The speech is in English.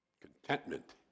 contentment